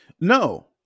No